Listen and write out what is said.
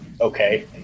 okay